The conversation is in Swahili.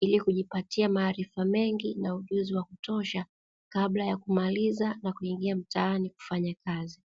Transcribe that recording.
ili kujipatia maarifa mengi na ujuzi wa kutosha kabla ya kumaliza na kuingia mtaani kufanya kazi.